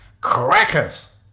Crackers